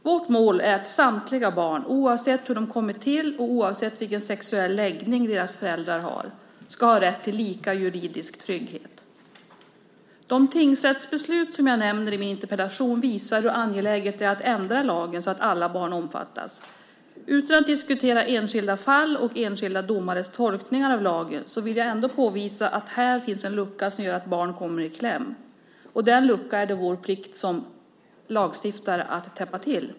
Vårt mål är att samtliga barn, oavsett hur de kommit till och oavsett vilken sexuell läggning deras föräldrar har, ska ha rätt till lika juridisk trygghet. De tingsrättsbeslut som jag nämner i min interpellation visar hur angeläget det är att ändra lagen så att alla barn omfattas. Utan att diskutera enskilda fall och enskilda domares tolkningar av lagen vill jag ändå påvisa att här finns en lucka som gör att barn kommer i kläm. Den luckan är det vår plikt som lagstiftare att täppa till.